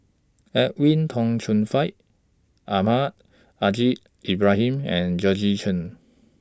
Edwin Tong Chun Fai Almahdi Al Haj Ibrahim and Georgette Chen